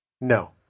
No